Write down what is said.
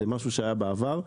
זה משהו שהיה בעבר.